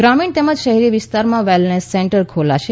ગ્રામીણ તેમ જ શહેરી વિસ્તારોમાં વેલનેસ સેન્ટર ખોલશે